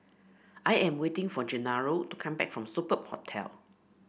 I am waiting for Gennaro to come back from Superb Hotel